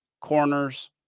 corners